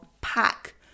pack